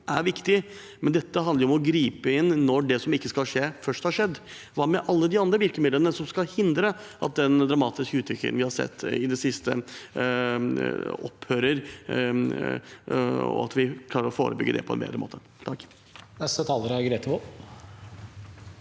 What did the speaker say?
er viktig. Men dette handler om å gripe inn når det som ikke skal skje, først har skjedd. Hva med alle de andre virkemidlene som skal føre til at den dramatiske utviklingen vi har sett i det siste, opphører, og at vi klarer å forebygge på en bedre måte? Grete